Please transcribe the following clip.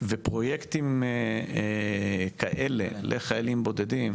ופרויקטים כאלה לחיילים בודדים.